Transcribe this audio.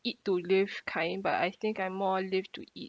eat to live kind but I think I'm more live to eat